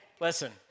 listen